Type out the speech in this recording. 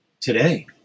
today